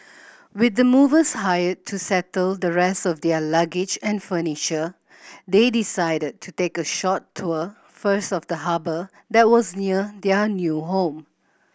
with the movers hired to settle the rest of their luggage and furniture they decided to take a short tour first of the harbour that was near their new home